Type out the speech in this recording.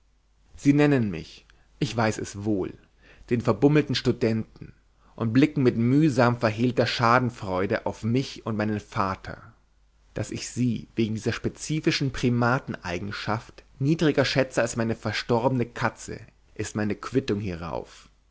sie nennen mich ich weiß es wohl den verbummelten studenten und blicken mit mühsam verhehlter schadenfreude auf mich und meinen vater daß ich sie wegen dieser spezifischen primateneigenschaft niedriger schätze als meine verstorbene katze ist meine quittung hierauf